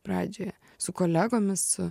pradžioje su kolegomis su